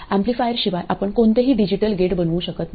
एम्पलीफायरशिवाय आपण कोणताही digital gate बनवू शकत नाही